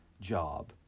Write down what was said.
job